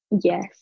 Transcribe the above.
Yes